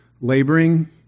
laboring